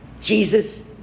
Jesus